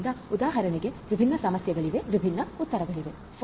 ಆದ್ದರಿಂದ ಉದಾಹರಣೆಗೆ ವಿಭಿನ್ನ ಸಮಸ್ಯೆಗಳಿವೆ ವಿಭಿನ್ನ ಉತ್ತರಗಳಿವೆ